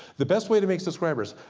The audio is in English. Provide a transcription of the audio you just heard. the best way to make subscribers.